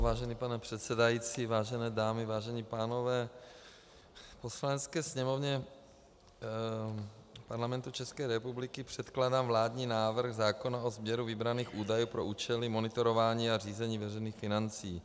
Vážený pane předsedající, vážené dámy, vážení pánové, Poslanecké sněmovně Parlamentu České republiky předkládám vládní návrh zákona o sběru vybraných údajů pro účely monitorování a řízení veřejných financí.